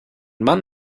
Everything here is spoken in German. mann